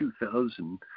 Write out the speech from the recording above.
2000